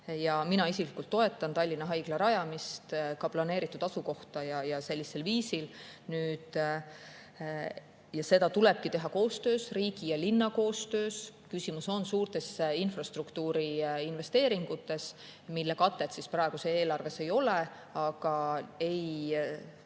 Mina isiklikult toetan Tallinna Haigla rajamist planeeritud asukohta ja sellisel viisil. Seda tulebki teha riigi ja linna koostöös. Küsimus on suurtes infrastruktuuri investeeringutes, millele katet praeguses eelarves ei ole. Aga see